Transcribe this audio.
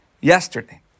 yesterday